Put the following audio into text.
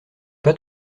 pas